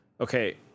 okay